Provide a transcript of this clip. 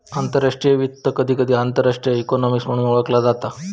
आंतरराष्ट्रीय वित्त, कधीकधी आंतरराष्ट्रीय मॅक्रो इकॉनॉमिक्स म्हणून ओळखला जाता